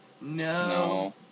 No